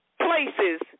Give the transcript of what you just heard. places